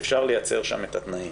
שאפשר לייצר שם את התנאים.